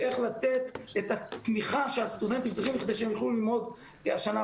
איך לתת את התמיכה שהסטודנטים צריכים כדי שהם יוכלו ללמוד השנה,